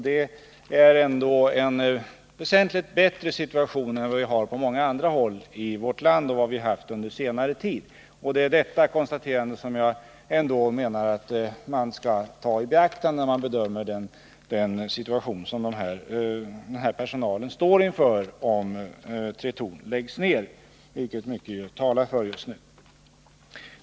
Detta innebär en väsentligt bättre situation än den vi har på många andra håll i vårt land, och det innebär också en förbättring av situationen i det nu aktuella området i förhållande till vad vi har haft under senare tid. Det är detta faktum som jag menar att man ändå bör ta i beaktande, när man bedömer den situation som personalen står inför om Tretorn läggs ner, vilket mycket talar för just nu.